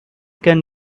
can